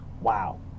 Wow